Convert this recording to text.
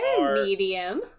medium